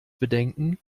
bedenken